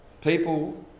People